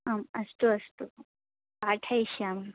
आम् अस्तु अस्तु पाठयिष्यामि